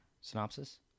synopsis